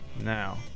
Now